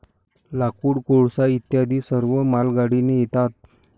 लाकूड, कोळसा इत्यादी सर्व मालगाडीने येतात